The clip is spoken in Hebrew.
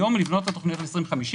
היום לבנות את התוכניות ל-2030.